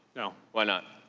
no. why not?